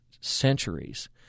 centuries